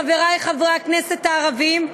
חברי חברי הכנסת הערבים,